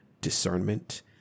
discernment